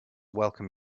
welcome